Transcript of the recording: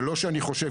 זה לא שאני חושב,